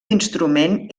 instrument